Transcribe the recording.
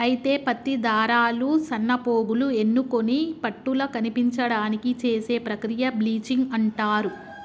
అయితే పత్తి దారాలు సన్నపోగులు ఎన్నుకొని పట్టుల కనిపించడానికి చేసే ప్రక్రియ బ్లీచింగ్ అంటారు